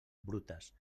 brutes